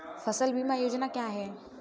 फसल बीमा योजना क्या है?